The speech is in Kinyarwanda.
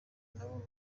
n’abo